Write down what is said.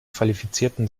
qualifizierten